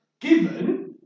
given